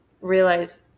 realize